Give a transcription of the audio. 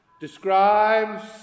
describes